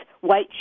white